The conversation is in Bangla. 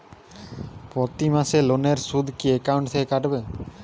প্রতি মাসে লোনের সুদ কি একাউন্ট থেকে কাটবে?